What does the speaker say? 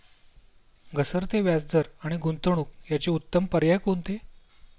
घसरते व्याजदर आणि गुंतवणूक याचे उत्तम पर्याय कोणते?